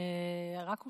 רק הושבעתי,